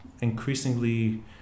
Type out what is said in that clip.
increasingly